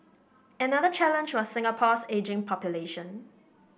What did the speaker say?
another challenge was Singapore's ageing population